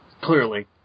Clearly